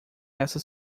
essa